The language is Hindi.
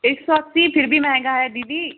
एक सौ अस्सी फ़िर भी महँगा है दीदी